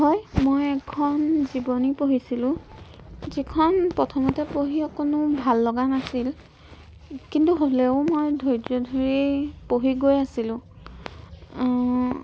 হয় মই এখন জীৱনী পঢ়িছিলোঁ যিখন প্ৰথমতে পঢ়ি অকণো ভাল লগা নাছিল কিন্তু হ'লেও মই ধৈৰ্য্য় ধৰি পঢ়ি গৈ আছিলোঁ